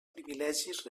privilegis